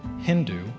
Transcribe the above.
Hindu